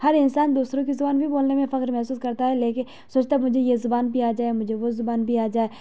ہر انسان دوسروں کی زبان بھی بولنے میں فخر محسوس کرتا ہے لیکن سوچتا ہے مجھے یہ زبان بھی آ جائے مجھے وہ زبان بھی آ جائے